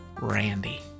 Randy